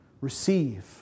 receive